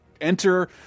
enter